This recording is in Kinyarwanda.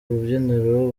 rubyiniro